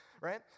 right